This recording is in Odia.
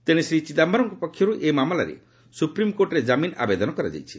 ତେଣେ ଶ୍ରୀ ଚିଦାୟରମ୍ଙ୍କ ପକ୍ଷରୁ ଏହି ମାମଲାରେ ସୁପ୍ରିମ୍କୋର୍ଟରେ କାମିନ୍ ପାଇଁ ଆବେଦନ କରାଯାଇଛି